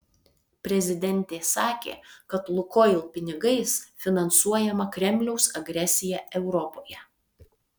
prezidentė sakė kad lukoil pinigais finansuojama kremliaus agresija europoje